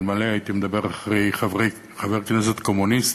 אלמלא הייתי מדבר אחרי חבר כנסת קומוניסט,